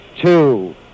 two